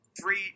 three